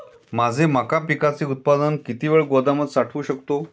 माझे मका पिकाचे उत्पादन किती वेळ गोदामात साठवू शकतो?